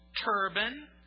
turban